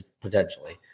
potentially